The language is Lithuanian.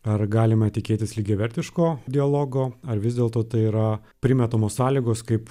ar galima tikėtis lygiavertiško dialogo ar vis dėlto tai yra primetamos sąlygos kaip